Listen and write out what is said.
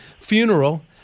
funeral